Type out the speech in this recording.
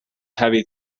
heavy